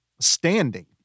standing